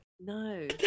no